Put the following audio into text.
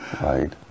Right